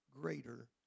greater